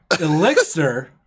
elixir